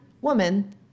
woman